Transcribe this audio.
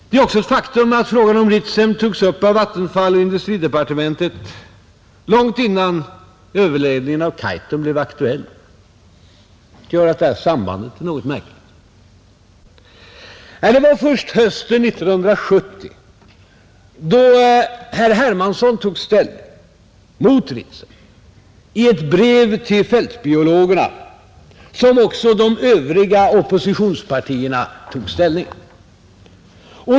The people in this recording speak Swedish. Det är också ett faktum att frågan om Ritsem togs upp av Vattenfall och industridepartementet långt innan överledningen av Kaitum blev aktuell. Det var först hösten 1970, då herr Hermansson tog ställning mot Ritsem i ett brev till fältbiologerna, som också de övriga oppositionspartierna tog ställning.